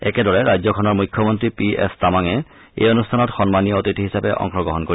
একেদৰে ৰাজ্যখনৰ মুখ্যমন্ত্ৰী পি এছ টামাঙে এই অনুষ্ঠানত সন্মানীয় অতিথি হিচাপে অংশগ্ৰহণ কৰিব